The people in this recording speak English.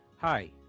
Hi